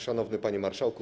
Szanowny Panie Marszałku!